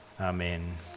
Amen